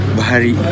Bahari